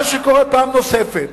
מה שקורה פעם נוספת,